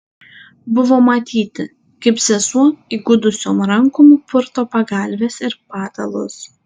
buvo matyti kaip sesuo įgudusiom rankom purto pagalves ir patalus